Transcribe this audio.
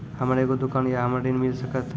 हमर एगो दुकान या हमरा ऋण मिल सकत?